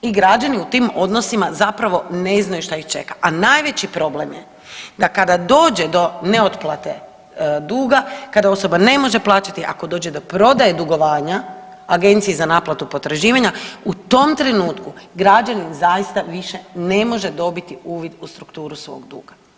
I građani u tim odnosima zapravo ne znaju šta ih čeka, a najveći problem je da kada dođe do neotplate duga, kada osoba ne može plaćati ako dođe do prodaje dugovanja Agenciji za naplatu potraživanja u tom trenutku građanin zaista više ne može dobiti uvid u strukturu svog duga.